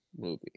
movie